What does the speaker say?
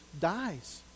dies